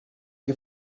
que